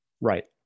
Right